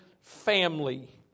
Family